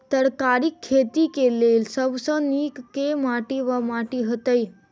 तरकारीक खेती केँ लेल सब सऽ नीक केँ माटि वा माटि हेतै?